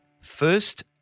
first